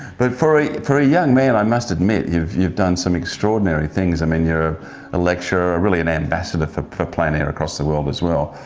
but for a for a young man i must admit you've you've done some extraordinary things. i mean you're a lecturer, really an ambassador for for plein air across the world as well.